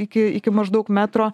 iki iki maždaug metro